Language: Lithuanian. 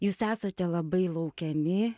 jūs esate labai laukiami